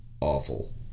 awful